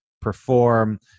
perform